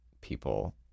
people